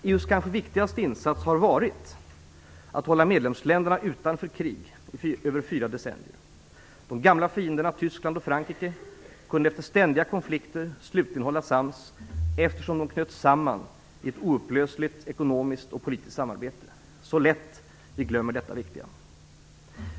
EU:s kanske viktigaste insats har varit att hålla medlemsländerna utanför krig i över fyra decennier. De gamla fienderna Tyskland och Frankrike kunde efter ständiga konflikter slutligen hålla sams, eftersom de knöts samman i ett oupplösligt ekonomiskt och politiskt samarbete. Så lätt vi glömmer detta viktiga!